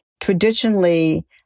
Traditionally